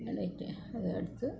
അങ്ങനെയൊക്കെ അതെടുത്ത്